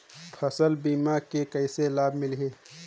फसल बीमा के कइसे लाभ मिलही?